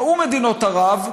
טעו מדינות ערב,